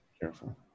careful